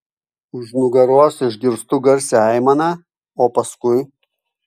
už nugaros išgirstu garsią aimaną o paskui